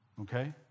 okay